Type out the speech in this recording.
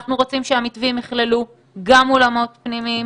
אנחנו רוצים שהמתווים יכללו גם אולמות פנימיים